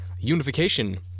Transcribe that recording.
unification